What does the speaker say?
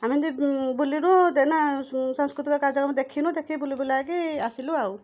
ଆମେ ଯୋଉ ବୁଲିଲୁ ସାଂସ୍କୃତିକ କାର୍ଯ୍ୟକ୍ରମ ଦେଖିନୁ ଦେଖିକି ବୁଲି ବୁଲାକି ଆସିଲୁ ଆଉ